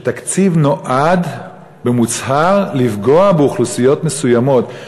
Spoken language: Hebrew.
שתקציב נועד במוצהר לפגוע באוכלוסיות מסוימות.